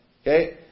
Okay